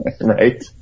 right